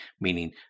meaning